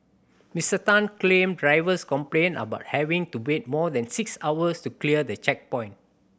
Mister Tan claimed drivers complained about having to wait more than six hours to clear the checkpoint